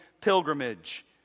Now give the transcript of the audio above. pilgrimage